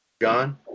John